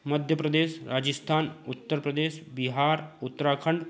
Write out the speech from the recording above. Madhya Pradesh Rajasthan Uttar Pradesh Bihar Uttarakhand